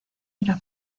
era